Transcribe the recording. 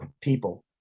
people